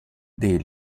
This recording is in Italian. dei